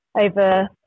over